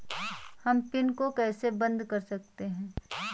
हम पिन को कैसे बंद कर सकते हैं?